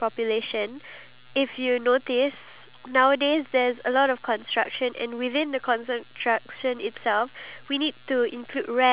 population being an older generation then we need to include the lift which means more investment more money being taken out